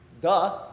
Duh